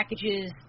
packages